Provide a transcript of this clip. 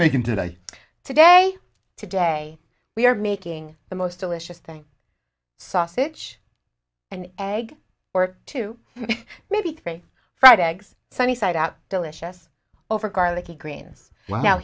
making today today today we are making the most delicious thing sausage and egg or two maybe three fried eggs sunnyside out delicious over garlic agreements wow